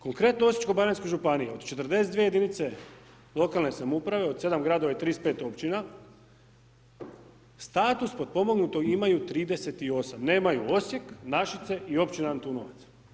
Konkretno Osječko-baranjskoj županiji od 42 jedinice lokalne samouprave, od 7 gradova i 35 općina status potpomognutog imaju 38. nemaju Osijek, Našice i općina Antunovac.